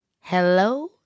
Hello